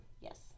yes